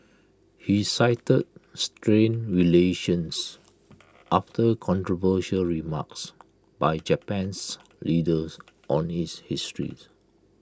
he cited strained relations after controversial remarks by Japan's leaders on its history